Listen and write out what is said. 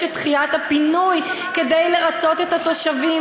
את דחיית הפינוי כדי לרצות את התושבים,